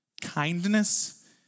Kindness